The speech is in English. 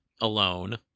alone